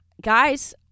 Guys